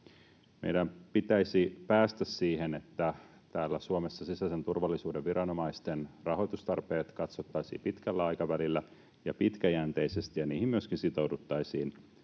Meidän pitäisi päästä siihen, että täällä Suomessa sisäisen turvallisuuden viranomaisten rahoitustarpeet katsottaisiin pitkällä aikavälillä ja pitkäjänteisesti ja niihin myöskin sitouduttaisiin